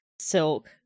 silk